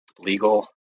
legal